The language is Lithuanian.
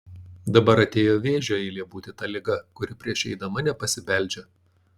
dabar atėjo vėžio eilė būti ta liga kuri prieš įeidama nepasibeldžia